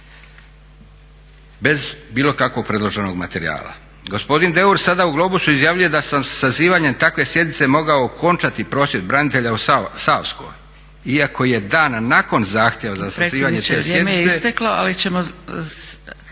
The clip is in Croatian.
bez bilo kakvog predloženog materijala. Gospodin Deur sada u Globusu izjavljuje da sam sazivanjem takve sjednice mogao okončati prosvjed branitelja u Savskoj iako je dan nakon zahtjeva za sazivanje sjednice